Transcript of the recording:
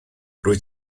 rwyt